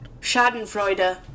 Schadenfreude